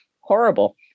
Horrible